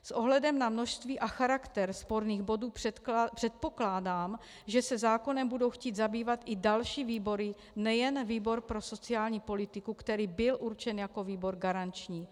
S ohledem na množství a charakter sporných bodů předpokládám, že se zákonem budou chtít zabývat i další výbory, nejen výbor pro sociální politiku, který byl určen jako výbor garanční.